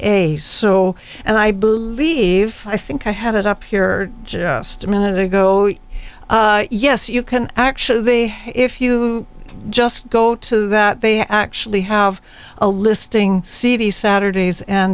ca so and i believe i think i had it up here a minute ago yes you can actually if you just go to that they actually have a listing cd saturdays and